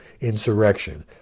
insurrection